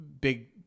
big